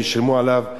ושילמו עליו,